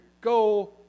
Go